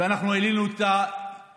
ואנחנו העלינו את היום.